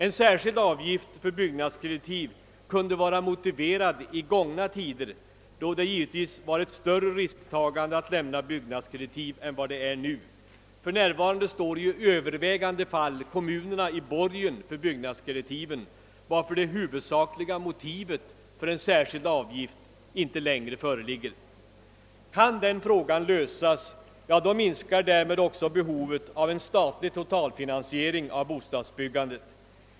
En särskild avgift för byggnadskreditiv kunde vara motiverad i gångna tider, då det givetvis innebar ett större risktagande än nu att lämna byggnadskreditiv. För närvarande står ju i över vägande antalet fall kommunerna i borgen för byggnadskreditiven, varför det huvudsakliga motivet för en särskild avgift icke längre föreligger. Kan den frågan lösas, minskar därmed också behovet av en statlig totalfinansiering av bostadsbyggandet.